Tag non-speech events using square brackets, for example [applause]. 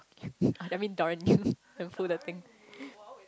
[laughs] I mean darn [laughs] can pull the thing